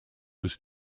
was